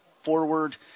forward